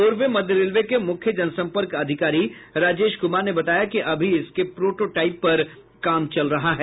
पूर्व मध्य रेलवे के मुख्य जनसंपर्क अधिकारी राजेश कुमार ने बताया कि अभी इसके प्रोटो टाइप पर काम चल रहा है